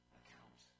account